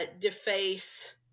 deface